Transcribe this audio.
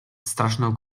straszną